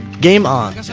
game on.